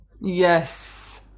Yes